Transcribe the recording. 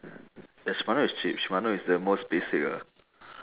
ya shimano is cheap shimano is the most basic ah